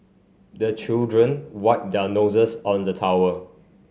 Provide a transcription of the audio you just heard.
the children wipe their noses on the towel